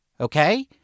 Okay